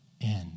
end